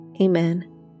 amen